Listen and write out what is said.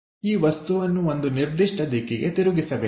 ಈ ವಸ್ತುವನ್ನು ಒಂದು ನಿರ್ದಿಷ್ಟ ದಿಕ್ಕಿಗೆ ತಿರುಗಿಸಬೇಕು